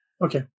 Okay